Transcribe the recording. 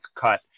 cut